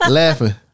laughing